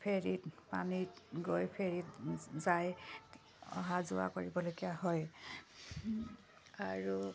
ফেৰীত পানীত গৈ ফেৰীত যাই অহা যোৱা কৰিবলগীয়া হয় আৰু